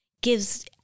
gives